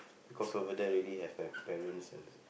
because over there already have my parents and